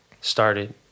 started